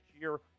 year